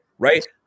right